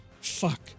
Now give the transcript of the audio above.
Fuck